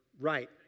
Right